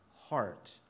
heart